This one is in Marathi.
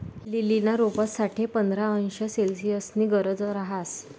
लीलीना रोपंस साठे पंधरा अंश सेल्सिअसनी गरज रहास